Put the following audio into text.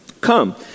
Come